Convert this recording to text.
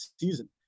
season